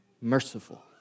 merciful